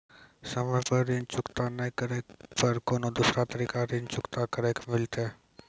समय पर ऋण चुकता नै करे पर कोनो दूसरा तरीका ऋण चुकता करे के मिलतै?